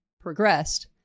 progressed